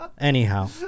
Anyhow